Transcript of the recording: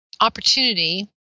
opportunity